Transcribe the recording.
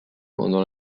pendant